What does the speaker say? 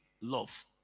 love